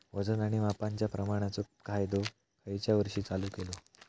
वजन आणि मापांच्या प्रमाणाचो कायदो खयच्या वर्षी चालू केलो?